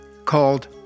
called